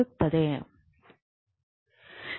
ಇದು ವಿದ್ಯುತ್ ಚಟುವಟಿಕೆ